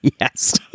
Yes